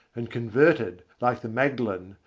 and converted, like the magdalen,